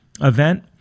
event